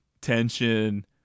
tension